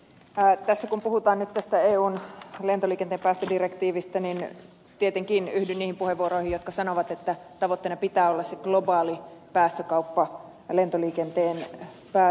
tässä kun puhutaan nyt tästä eun lentoliikenteen päästödirektiivistä niin tietenkin yhdyn niihin puheenvuoroihin jotka sanovat että tavoitteena pitää olla se globaalipäästökauppa lentoliikenteen päästöille